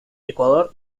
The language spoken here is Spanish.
ecuador